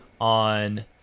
on